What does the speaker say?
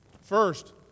First